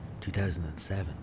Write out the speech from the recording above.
2007